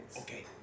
okay